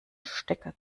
stecker